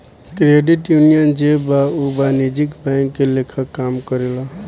credit union जे बा उ वाणिज्यिक बैंक के लेखा काम करेला